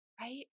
right